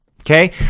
Okay